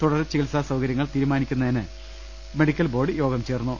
തുടർ ചികിത്സാ കാര്യങ്ങൾ തീരുമാനിക്കുന്നതിന് മെഡിക്കൽ ബോർഡ് യോഗം ചേർന്നു